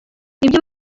ibyo